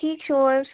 ٹھیٖک چھُو حظ